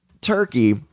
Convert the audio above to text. Turkey